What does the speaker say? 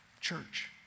Church